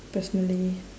personally